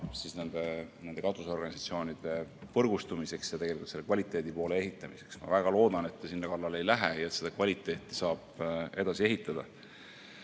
raha nende katusorganisatsioonide võrgustamiseks ja tegelikult ka selle töö kvaliteedi tagamiseks. Ma väga loodan, et te sinna kallale ei lähe ja et seda kvaliteeti saab edasi ehitada